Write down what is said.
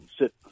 Sit